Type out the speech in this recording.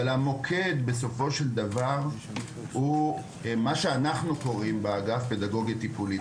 אבל המוקד בסופו של דבר הוא מה שאנחנו קוראים לו "באגף פדגוגי טיפולי",